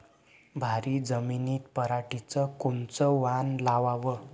भारी जमिनीत पराटीचं कोनचं वान लावाव?